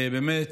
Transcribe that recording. באמת,